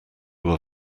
were